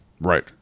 Right